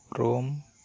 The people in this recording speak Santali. ᱨᱳᱢ